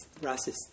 racists